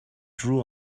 drew